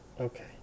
Okay